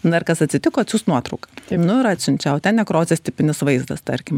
na ir kas atsitiko atsiųsk nuotrauką nu ir atsiunčia o ten nekrozės tipinis vaizdas tarkim